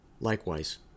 Likewise